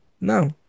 No